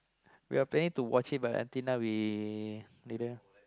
we're planning to watch it but until now we didn't